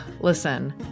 listen